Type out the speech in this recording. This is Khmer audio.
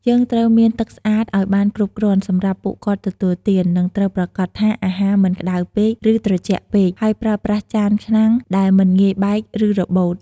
យើងត្រូវមានទឹកស្អាតឲ្យបានគ្រប់គ្រាន់សម្រាប់ពួកគាត់ទទួលទាន និងត្រូវប្រាកដថាអាហារមិនក្តៅពេក ឬត្រជាក់ពេក ហើយប្រើប្រាស់ចានឆ្នាំងដែលមិនងាយបែក ឬរបូត។